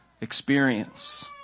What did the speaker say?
experience